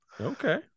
Okay